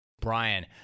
Brian